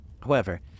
However